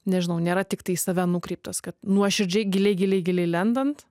nežinau nėra tiktai į save nukreiptas kad nuoširdžiai giliai giliai giliai lendant